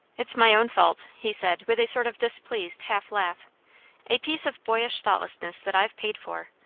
it's my own fault, he said with a sort of displeased half laugh a piece of boyish thoughtlessness that i've paid for.